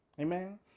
Amen